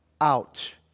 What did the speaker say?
out